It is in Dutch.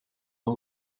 hun